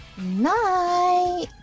Night